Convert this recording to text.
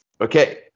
Okay